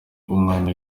umwana